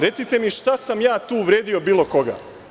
Recite mi – šta sam ja tu uvredio bilo koga?